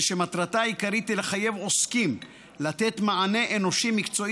ומטרתה העיקרית היא לחייב עוסקים לתת מענה אנושי מקצועי